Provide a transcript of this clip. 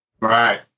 Right